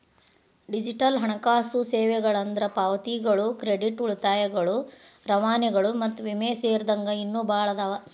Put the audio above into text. digital ಹಣಕಾಸು ಸೇವೆಗಳಂದ್ರ ಪಾವತಿಗಳು ಕ್ರೆಡಿಟ್ ಉಳಿತಾಯಗಳು ರವಾನೆಗಳು ಮತ್ತ ವಿಮೆ ಸೇರಿದಂಗ ಇನ್ನೂ ಭಾಳ್ ಅದಾವ